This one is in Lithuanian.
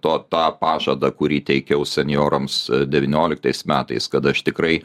to tą pažadą kurį teikiau senjorams devynioliktais metais kad aš tikrai